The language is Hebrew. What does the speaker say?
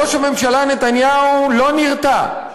ראש הממשלה נתניהו לא נרתע,